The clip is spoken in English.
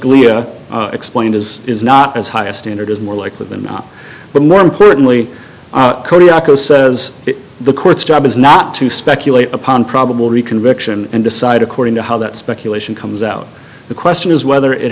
scalia explained is is not as high a standard is more likely than not but more importantly says the court's job is not to speculate upon probable reconviction and decide according to how that speculation comes out the question is whether it